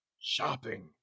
Shopping